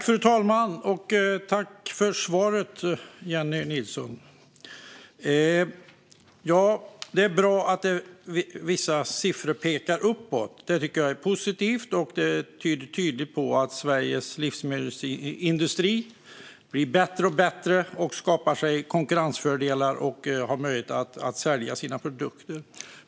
Fru talman! Tack för svaret, Jennie Nilsson! Det är bra att vissa siffror pekar uppåt. Det tycker jag är positivt och tyder på att Sveriges livsmedelsindustri blir bättre och bättre, skapar sig konkurrensfördelar och har möjlighet att sälja sina produkter.